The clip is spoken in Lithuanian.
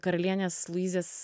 karalienės luizės